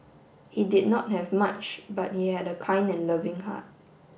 he did not have much but he had a kind and loving heart